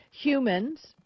humans